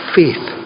faith